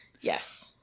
Yes